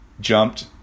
jumped